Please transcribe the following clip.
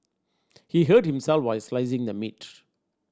he hurt himself while slicing the meat